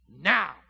now